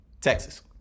Texas